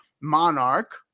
monarch